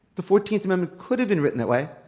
the fourteenth amendment could've been written that way,